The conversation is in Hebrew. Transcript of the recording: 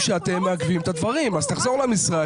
אז תחזור למשרד,